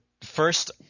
first